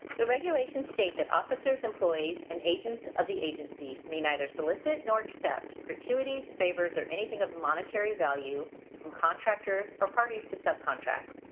the regulations state that officers, employees, and agents of the agency may neither solicit nor accept gratuities, favors, or anything of monetary value from contractors or parties to subcontracts.